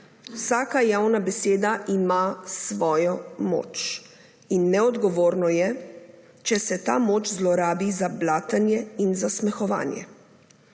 Vsaka javna beseda ima svojo moč. In neodgovorno je, če se ta moč zlorabi za blatenje in zasmehovanje.